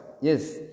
yes